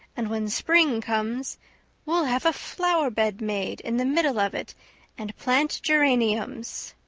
and when spring comes we'll have a flower-bed made in the middle of it and plant geraniums.